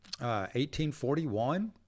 1841